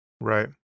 Right